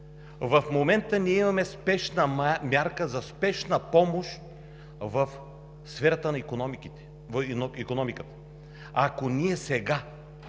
В момента ние имаме спешна мярка за спешна помощ в сферата на икономиката. Ако ние сега